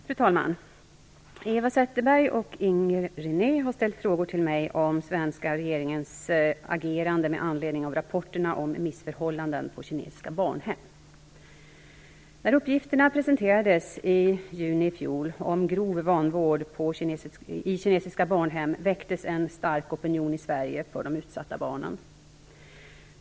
Fru talman! Eva Zetterberg och Inger René har ställt frågor till mig om den svenska regeringens agerande med anledning av rapporterna om missförhållanden i kinesiska barnhem. När uppgifterna om grov vanvård i kinesiska barnhem presenterades i juni i fjol väcktes en stark opinion i Sverige för de utsatta barnen.